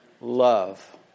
love